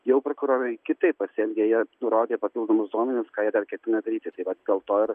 jau prokurorai kitaip pasielgė jie nurodė papildomus duomenis ką jie dar ketina daryti tai vat dėl to ir